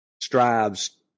strives